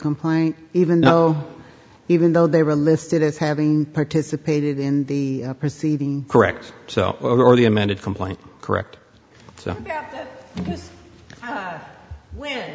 complaint even though even though they were listed as having participated in the proceeding correct so already amended complaint correct so w